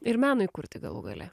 ir menui kurti galų gale